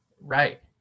right